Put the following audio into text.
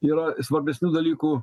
yra svarbesnių dalykų